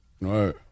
right